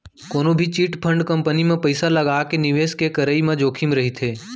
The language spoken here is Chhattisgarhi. कोनो भी चिटफंड कंपनी म पइसा लगाके निवेस के करई म जोखिम रहिथे